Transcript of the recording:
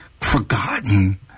forgotten